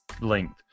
length